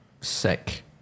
sick